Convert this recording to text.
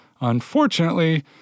Unfortunately